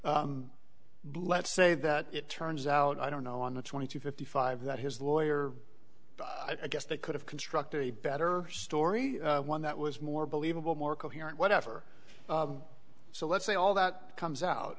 blent say that it turns out i don't know on the twenty two fifty five that his lawyer i guess they could have constructed a better story one that was more believable more coherent whatever so let's say all that comes out